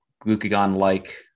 glucagon-like